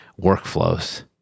workflows